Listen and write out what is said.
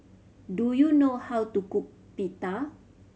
do you know how to cook Pita